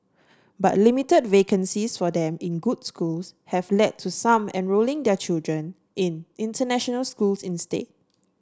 but limited vacancies for them in good schools have led to some enrolling their children in international schools instead